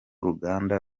ruganda